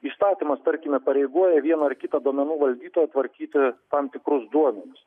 įstatymas tarkime įpareigoja vieną ar kitą duomenų valdytoją tvarkyti tam tikrus duomenis